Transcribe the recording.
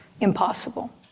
impossible